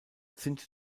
sind